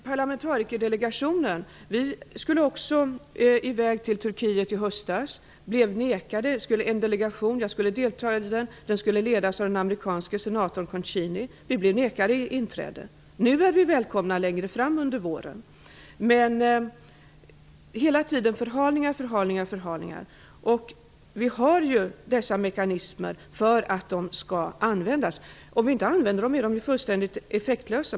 Parlamentarikerdelegationen skulle också i väg till Turkiet i höstas, men blev nekad inträde. Delegationen, i vilket jag skulle ha deltagit, skulle ha letts av den amerikanske senatorn Cecini. Nu är vi välkomna, längre fram under våren, men hela tiden sker nya förhalningar. Vi har ju dessa mekanismer för att de skall användas. Om vi inte använder dem är de ju fullständigt effektlösa.